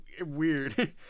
weird